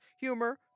humor